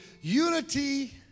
unity